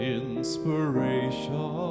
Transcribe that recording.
inspiration